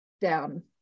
down